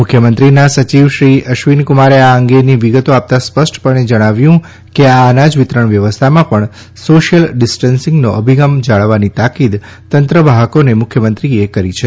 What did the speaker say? મુખ્યમંત્રીશ્રીના સચિવ શ્રી અશ્વિનીકુમારે આ અંગેની વિગતો આપતાં સ્પષ્ટપણે જણાવ્યું કે આ અનાજ વિતરણ વ્યવસ્થામાં પણ સોશિયલ ડિસ્ટન્સનો અભિગમ જાળવવાની તાકીદ તંત્ર વાહકોને મુખ્યમંત્રીશ્રીએકરી છે